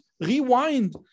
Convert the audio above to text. rewind